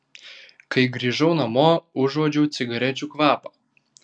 kai grįžau namo užuodžiau cigarečių kvapą